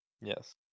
Yes